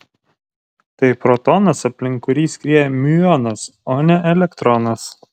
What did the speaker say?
tai protonas aplink kurį skrieja miuonas o ne elektronas